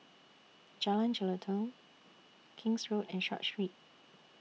Jalan Jelutong King's Road and Short Street